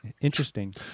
interesting